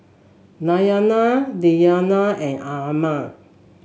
Diyana Diyana and Ammir